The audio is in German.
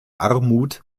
armut